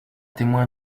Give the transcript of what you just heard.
témoin